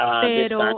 Pero